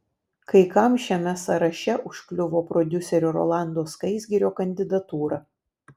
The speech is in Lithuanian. kai kam šiame sąraše užkliuvo prodiuserio rolando skaisgirio kandidatūra